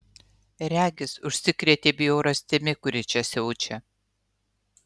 regis užsikrėtei bjaurastimi kuri čia siaučia